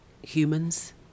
Humans